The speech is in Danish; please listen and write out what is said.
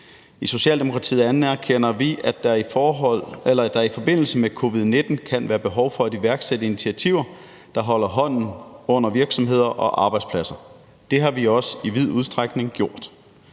I Socialdemokratiet anerkender vi, at der i forbindelse med covid-19 kan være behov for at iværksætte initiativer, der holder hånden under virksomheder og arbejdspladser. Det har vi også i vid udstrækning gjort.